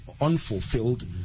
unfulfilled